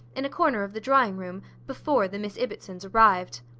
in a corner of the drawing-room, before the miss ibbotsons arrived.